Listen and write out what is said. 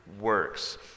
works